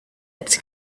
its